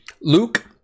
luke